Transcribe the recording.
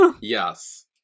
Yes